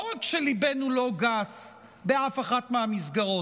לא רק שליבנו לא גס באף אחת מהמסגרות,